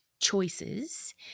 choices